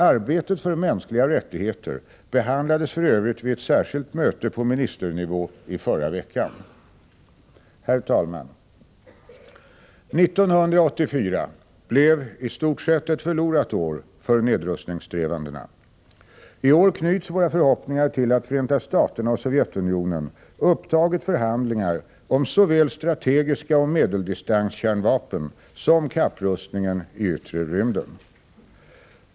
Arbetet för mänskliga rättigheter behandlades för övrigt vid ett särskilt möte på ministernivå i förra veckan. Herr talman! 1984 blev i stort sett ett förlorat år för nedrustningssträvandena. I år knyts våra förhoppningar till att Förenta Staterna och Sovjetunionen upptagit förhandlingar om såväl strategiska och medeldistanskärnvapen som kapprustningen i yttre rymden.